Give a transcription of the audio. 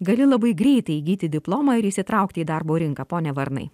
gali labai greitai įgyti diplomą ir įsitraukti į darbo rinką pone varnai